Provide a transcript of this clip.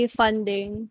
funding